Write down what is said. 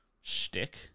shtick